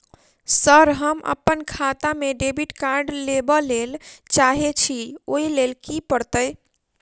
Sir हम अप्पन खाता मे डेबिट कार्ड लेबलेल चाहे छी ओई लेल की परतै?